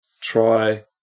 try